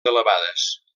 elevades